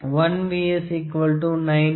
S 910 M